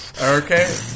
okay